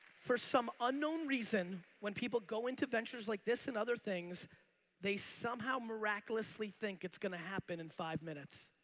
for some unknown reason when people go into ventures like this and other things they somehow miraculously think it's going to happen in five minutes.